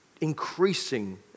increasing